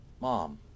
mom